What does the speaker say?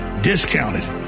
discounted